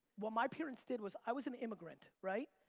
what my parents did was, i was an immigrant right.